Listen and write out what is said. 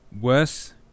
worse